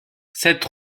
cette